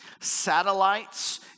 satellites